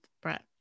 Brett